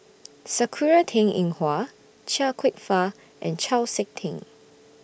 Sakura Teng Ying Hua Chia Kwek Fah and Chau Sik Ting